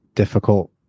difficult